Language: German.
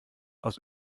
aus